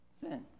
Sin